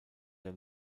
der